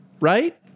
Right